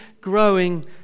growing